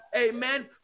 Amen